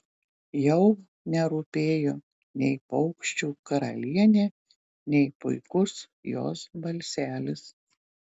jau nerūpėjo nei paukščių karalienė nei puikus jos balselis